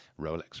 Rolex